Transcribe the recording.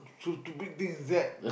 so stupid things that